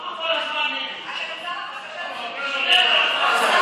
דב חנין ויעל גרמן